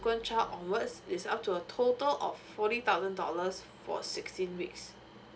child onwards it is up to a total of forty thousand dollars for sixteen weeks